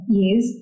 years